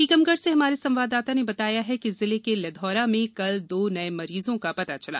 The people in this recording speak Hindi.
टीकमगढ़ से हमारे संवाददाता ने बताया है कि जिले के लिघौरा में कल दो नये मरीजों का पता चला